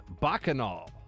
bacchanal